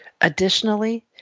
Additionally